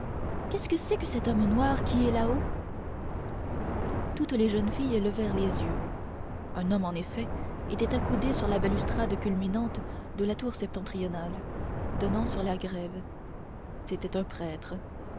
qu'est-ce que c'est que cet homme noir qui est là haut toutes les jeunes filles levèrent les yeux un homme en effet était accoudé sur la balustrade culminante de la tour septentrionale donnant sur la grève c'était un prêtre